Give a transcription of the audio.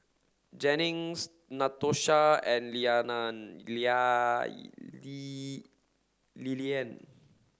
Jennings Natosha and Lilyan